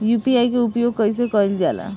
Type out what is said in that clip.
UPI के उपयोग कइसे कइल जाला?